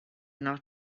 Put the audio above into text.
not